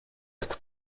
στην